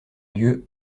lieu